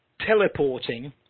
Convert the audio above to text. teleporting